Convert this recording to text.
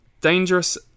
dangerous